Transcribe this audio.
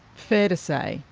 fair to say.